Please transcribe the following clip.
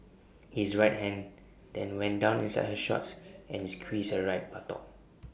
his right hand then went down inside her shorts and he squeezed her right buttock